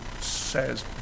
says